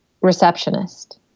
receptionist